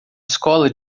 escola